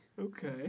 Okay